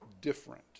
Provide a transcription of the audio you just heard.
different